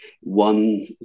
one